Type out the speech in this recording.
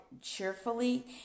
cheerfully